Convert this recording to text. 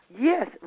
Yes